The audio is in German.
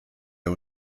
der